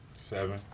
Seven